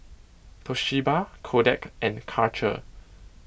Toshiba Kodak and Karcher